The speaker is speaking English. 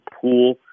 pool